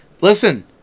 listen